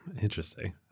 Interesting